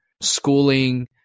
schooling